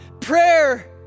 prayer